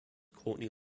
courtney